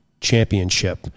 championship